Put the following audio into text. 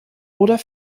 oder